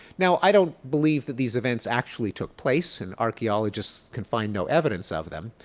now i don't believe that these events actually took place. and archaeologists can find no evidence of them.